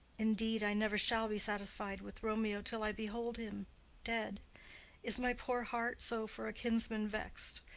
indeed i never shall be satisfied with romeo till i behold him dead is my poor heart so for a kinsman vex'd.